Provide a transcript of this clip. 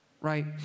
Right